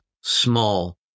small